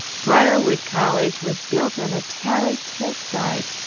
briarwood college was built on a terraced hillside,